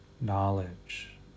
knowledge